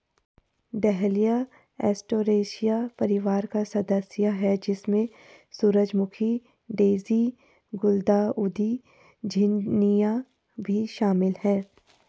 dahlia Asteraceae परिवार का सदस्य है, जिसमें सूरजमुखी, डेज़ी, गुलदाउदी, झिननिया भी शामिल है